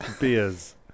Beers